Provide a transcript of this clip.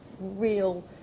real